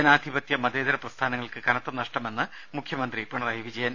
ജനാധിപത്യ മതേതര പ്രസ്ഥാനങ്ങൾക്ക് കനത്ത നഷ്ടമെന്ന് മുഖ്യമന്ത്രി പിണറായി വിജയൻ